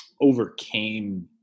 overcame